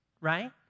right